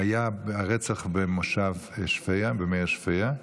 היה הרצח במושב שפיה, במאיר שפיה.